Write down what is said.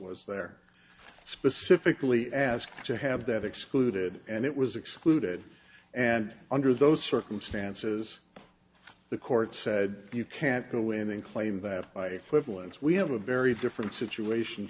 was there specifically asked to have that excluded and it was excluded and under those circumstances the court said you can't go in and claim that i flipped once we have a very different situation